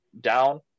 down